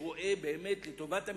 רואה באמת את טובת המדינה,